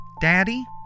Daddy